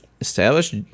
Established